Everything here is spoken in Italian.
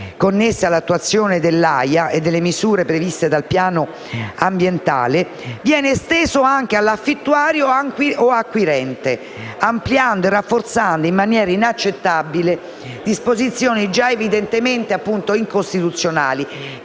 connesse all'attuazione dell'AIA e delle misure previste nel piano ambientale. Essa è estesa anche all'affittuario o acquirente, ampliando e rafforzando in maniera inaccettabile disposizioni già evidentemente incostituzionali,